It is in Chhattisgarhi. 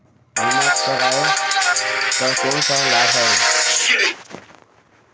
बीमा कराय कर कौन का लाभ है?